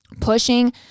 pushing